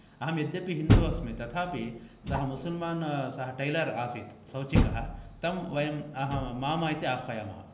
अहं यद्यपि हिन्दु अस्मि तथापि सः मुसलमान् सः टेलर् आसीत् सौचिकः तं वयं अहं मामा इति आह्वयामः